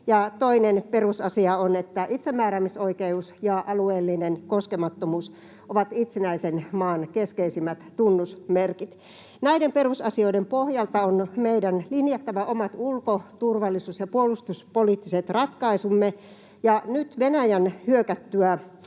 toinen perusasia on, että itsemääräämisoikeus ja alueellinen koskemattomuus ovat itsenäisen maan keskeisimmät tunnusmerkit. Näiden perusasioiden pohjalta on meidän linjattava omat ulko-, turvallisuus- ja puolustuspoliittiset ratkaisumme. Nyt Venäjän hyökättyä